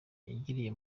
yagiriye